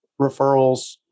referrals